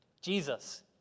Jesus